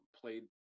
played